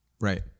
Right